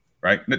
Right